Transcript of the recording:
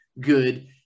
good